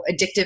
addictive